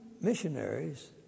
missionaries